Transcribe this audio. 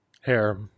hair